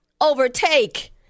overtake